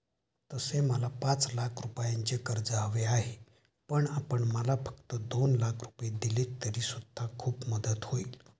तसे तर मला पाच लाख रुपयांचे कर्ज हवे आहे, पण आपण मला फक्त दोन लाख रुपये दिलेत तरी सुद्धा खूप मदत होईल